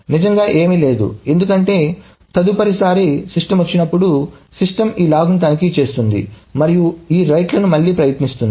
నిజంగా ఏమీ లేదు ఎందుకంటే తదుపరిసారి సిస్టమ్ వచ్చినప్పుడు సిస్టమ్ ఈ లాగ్ని తనిఖీ చేస్తుంది మరియు ఈ రైట్లను మళ్లీ ప్రయత్నిస్తుంది